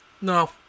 No